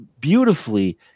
beautifully